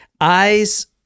Eyes